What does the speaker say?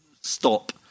stop